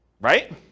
right